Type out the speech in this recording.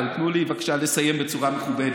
אבל תנו לי בבקשה לסיים בצורה מכובדת,